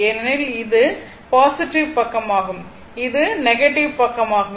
ஏனெனில் இது பாசிட்டிவ் பக்கமாகும் இது நெகட்டிவ் பக்கமாகும்